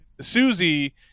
Susie